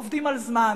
עובדים על זמן.